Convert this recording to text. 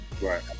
Right